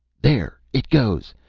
there it goes!